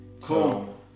Cool